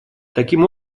таким